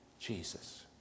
Jesus